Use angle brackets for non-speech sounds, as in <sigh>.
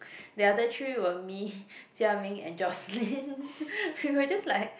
the other three were me <laughs> Jia-Ming and Jocelyn <laughs> we were just like